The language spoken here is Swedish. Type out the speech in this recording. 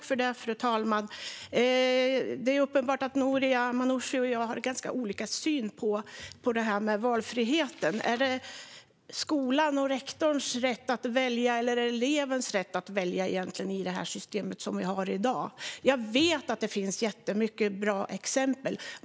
Fru talman! Det är uppenbart att Noria Manouchi och jag har ganska olika syn på valfrihet. Är det skolans och rektorns rätt att välja, eller är det elevens rätt att välja i det system som vi har i dag? Jag vet att det finns jättemånga bra exempel.